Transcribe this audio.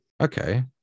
Okay